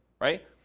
right